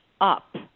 up